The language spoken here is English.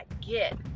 get